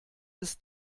ist